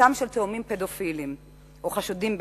בביתם של תאומים פדופילים או חשודים בפדופיליה.